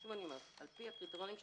שוב לפי הקריטריונים שיצרנו,